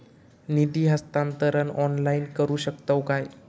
निधी हस्तांतरण ऑनलाइन करू शकतव काय?